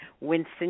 Winston